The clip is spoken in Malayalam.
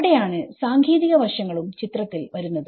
അവിടെയാണ് സാങ്കേതിക വശങ്ങളും ചിത്രത്തിൽ വരുന്നത്